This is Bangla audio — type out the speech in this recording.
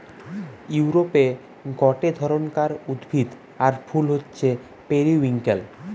ইউরোপে গটে ধরণকার উদ্ভিদ আর ফুল হচ্ছে পেরিউইঙ্কেল